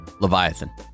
Leviathan